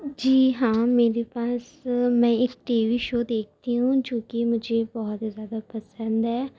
جی ہاں میرے پاس میں ایک ٹی وی شو دیکھتی ہوں جو کہ مجھے بہت ہی زیادہ پسند ہے